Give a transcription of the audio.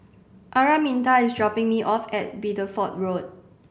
Araminta is dropping me off at Bideford Road